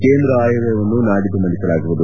ಕೇಂದ್ರ ಆಯವ್ಣಯವನ್ನು ನಾಡಿದ್ದು ಮಂಡಿಸಲಾಗುವುದು